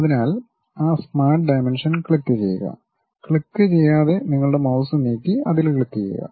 അതിനാൽ ആ smart dimension ക്ലിക്കുചെയ്യുക ക്ലിക്കുചെയ്യാതെ നിങ്ങളുടെ മൌസ് നീക്കി അതിൽ ക്ലിക്കുചെയ്യുക